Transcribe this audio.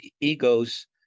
egos